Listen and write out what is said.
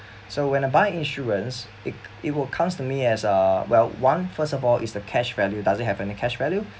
so when I buy insurance it it will comes to me as uh well one first of all is the cash value does it have any cash value